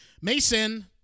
Mason